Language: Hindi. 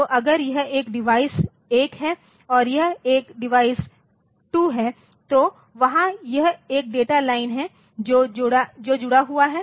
तो अगर यह एक डिवाइस 1 है और यह एक डिवाइस 2 है तो वहाँ यह एक डेटा लाइन है जो जुड़ा हुआ है